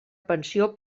pensió